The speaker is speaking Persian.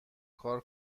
کار